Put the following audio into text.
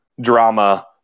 drama